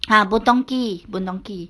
ah boon tong kee boon tong kee